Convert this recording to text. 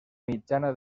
mitjana